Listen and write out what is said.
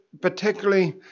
particularly